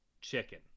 chicken